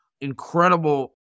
incredible